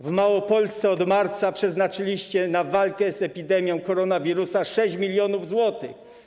W Małopolsce od marca przeznaczyliście na walkę z epidemią koronawirusa 6 mln zł.